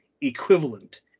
equivalent